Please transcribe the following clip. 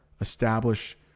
establish